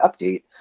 Update